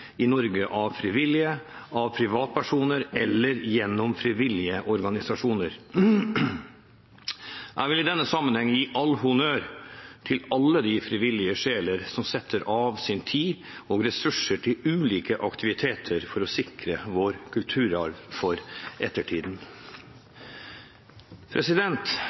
i Norge av frivillige, av privatpersoner, eller gjennom frivillige organisasjoner. Jeg vil i denne sammenheng gi all honnør til alle de frivillige sjeler som setter av tid og ressurser til ulike aktiviteter for å sikre vår kulturarv for ettertiden.